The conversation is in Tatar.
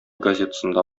газетасында